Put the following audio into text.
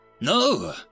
No